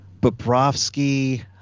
Bobrovsky